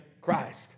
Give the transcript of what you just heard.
Christ